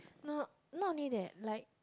no not only that like